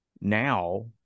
now